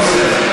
אין לך מושג.